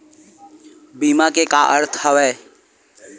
बीमा के का अर्थ हवय?